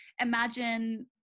imagine